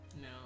No